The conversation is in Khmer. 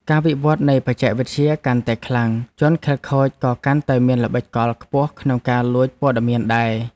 ការវិវត្តន៍នៃបច្ចេកវិទ្យាកាន់តែខ្លាំង ជនខិលខូចក៏កាន់តែមានល្បិចកលខ្ពស់ក្នុងការលួចព័ត៌មានដែរ។